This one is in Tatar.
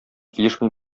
килешми